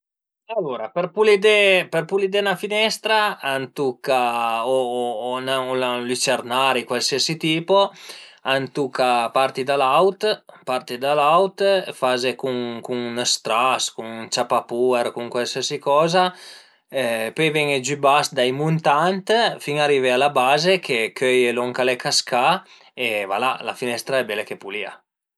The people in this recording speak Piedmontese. Alura për pulidé për pulidé 'na fnestra a tuca o ën lucernari, cualsiasi tipo, a tuca parti da l'aut, parti da l'aut, fazu cun cun ün stras, cun ün ciapapuer, cun cualsiasi coza, pöi ven-e giü bas dai muntant fin a arivé a la baze che cöie lon ch'al e cascà e voilà, la fnestra al e bele che pulìa